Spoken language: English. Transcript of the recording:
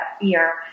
fear